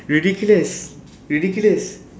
ridiculous ridiculous